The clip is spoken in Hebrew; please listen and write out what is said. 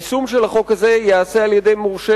היישום של החוק הזה ייעשה על-ידי מורשה